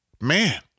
Man